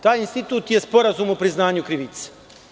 Taj institut je sporazum o priznanju krivice.